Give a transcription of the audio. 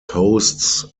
hosts